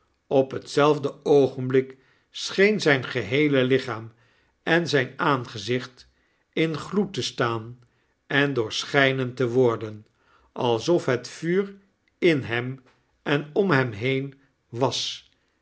op hetzelfde oogenblik scheen zijn geheele lichaam en zyn aangezicht in gloed te staan en doorschynend te worden alsof het vuur in hem en om hem heen was